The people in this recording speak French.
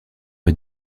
est